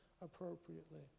appropriately